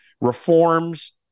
reforms